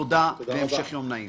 תודה והמשך יום נעים.